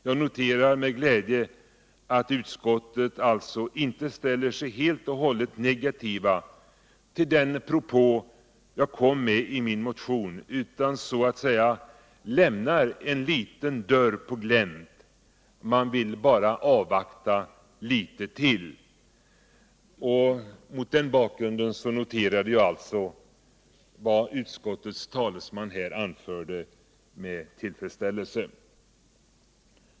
Jag noterar med glädje att utskottet alltså inte ställer sig helt och hållet negativt till den propå jag framförde i min motion, utan så att säga lämnar dörren på glänt — man vill bara avvakta litet ull. Mot den bakgrunden noterade jag med tillfredsställelse vad utskottets talesman här anförde.